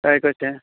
कांय कशें